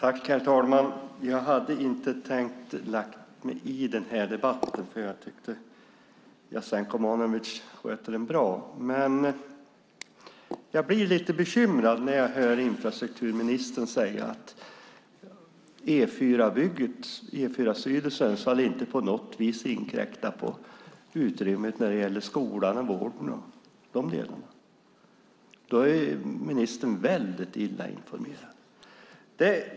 Herr talman! Jag hade inte tänkt lägga mig i den här debatten eftersom jag tycker att Jasenko Omanovic sköter det bra. Men jag blir lite bekymrad när jag hör infrastrukturministern säga att E4 Syd i Sundsvall inte inkräktar på resurserna när det gäller skolan och vården. Då är ministern väldigt illa informerad.